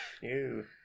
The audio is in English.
Ew